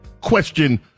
Question